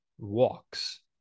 walks